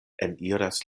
eniras